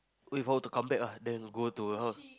wait for her to come back ah then go to her house